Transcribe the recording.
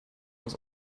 aus